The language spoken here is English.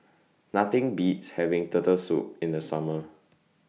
Nothing Beats having Turtle Soup in The Summer